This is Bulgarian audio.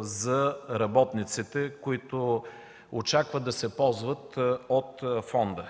за работниците, които очакват да се ползват от фонда.